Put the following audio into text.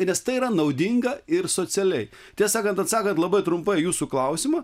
nes tai yra naudinga ir socialiai tiesą sakant atsakant labai trumpą į jūsų klausimą